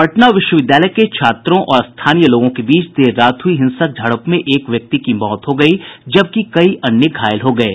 पटना विश्वविद्यालय के छात्रों और स्थानीय लोगों के बीच देर रात हुई हिंसक झड़प में एक व्यक्ति की मौत हो गयी जबकि कई अन्य घायल हो गये